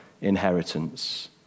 inheritance